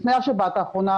לפני השבת האחרונה,